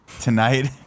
Tonight